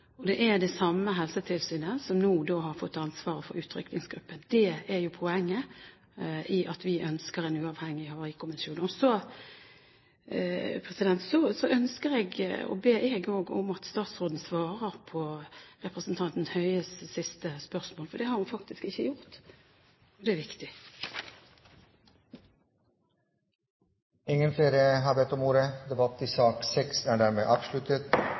dem. Det er det samme helsetilsynet som nå har fått ansvaret for utrykningsgruppen. Det er jo poenget i at vi ønsker en uavhengig havarikommisjon. Så ber jeg om at statsråden svarer på representanten Høies siste spørsmål, for det har hun faktisk ikke gjort – og det er viktig. Flere har ikke bedt om ordet til sak